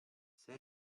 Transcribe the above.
selle